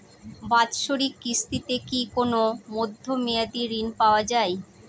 বাৎসরিক কিস্তিতে কি কোন মধ্যমেয়াদি ঋণ পাওয়া যায়?